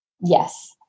Yes